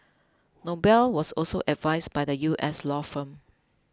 Noble was also advised by the U S law firm